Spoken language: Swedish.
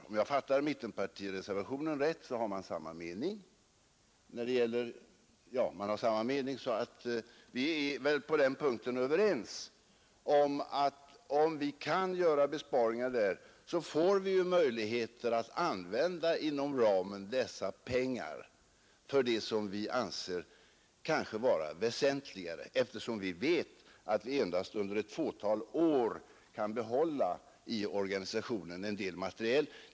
Om jag fattar mittenreservationen rätt har man samma mening, så vi är väl på den punkten överens. Om vi kan göra besparingar där, får vi ju möjligheter att inom ramen använda dessa pengar för det som vi anser kanske vara väsentligare, eftersom vi vet att vi endast under ett fåtal år kan behålla en del materiel i organisationen.